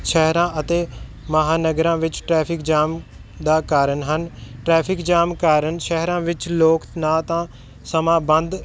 ਸ਼ਹਿਰਾਂ ਅਤੇ ਮਹਾਂ ਨਗਰਾਂ ਵਿੱਚ ਟਰੈਫਿਕ ਜਾਮ ਦਾ ਕਾਰਨ ਹਨ ਟ੍ਰੈਫਿਕ ਜਾਮ ਕਾਰਨ ਸ਼ਹਿਰਾਂ ਵਿੱਚ ਲੋਕ ਨਾ ਤਾਂ ਸਮਾਂ ਬੰਦ